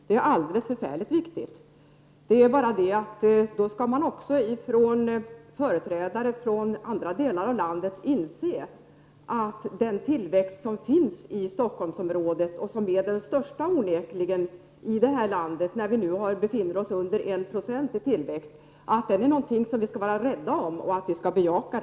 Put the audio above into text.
Men då skall företrädare för andra delar av landet inse att den tillväxt som finns i Stockholmsområdet och som är den onekligen största i detta land — vi befinner ju oss under 1 90 i tillväxt — är något som vi skall vara rädd om och bejaka.